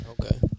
Okay